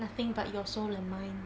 nothing but your soul and mine